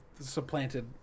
supplanted